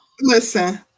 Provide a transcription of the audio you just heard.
listen